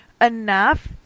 enough